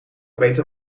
beter